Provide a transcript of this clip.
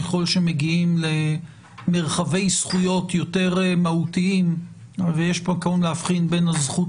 ככל שמגיעים למרחבי זכויות יותר מהותיים ויש מקום להבחין בין הזכות